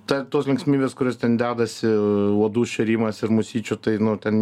ta tos linksmybės kurios ten dedasi uodų šėrimas ir musyčių tai nu ten